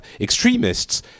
extremists